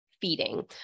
feeding